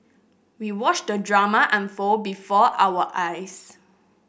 we watched the drama unfold before our eyes